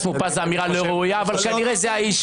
מאופס זאת אמירה לא ראויה אבל כנראה זה האיש.